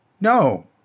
No